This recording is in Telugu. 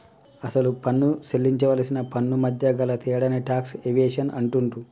అసలు పన్ను సేల్లించవలసిన పన్నుమధ్య గల తేడాని టాక్స్ ఎవేషన్ అంటుండ్రు